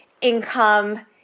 income